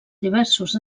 diversos